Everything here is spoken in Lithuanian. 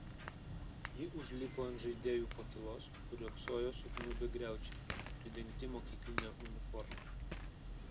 ji užlipo ant žaidėjų pakylos kur riogsojo sukniubę griaučiai pridengti mokykline uniforma